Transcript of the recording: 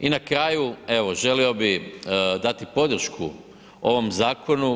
I na kraju, evo, želio bih dati podršku ovom zakonu.